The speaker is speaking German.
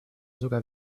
sogar